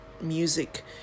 music